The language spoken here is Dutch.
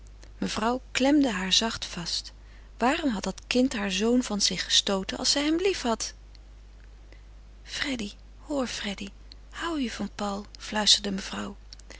mevrouw klemde haar zacht vast waarom had dat kind haar zoon van zich gestooten als zij hem lief had freddy hoor freddy hou je van paul fluisterde mevrouw